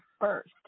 first